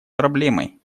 проблемой